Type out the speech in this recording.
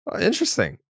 Interesting